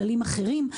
כללים אחרים.